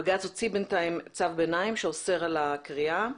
בג"צ הוציא בינתיים צו ביניים שאוסר על הכרייה.